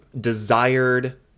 desired